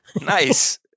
Nice